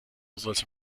sollte